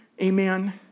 Amen